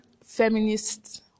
feminists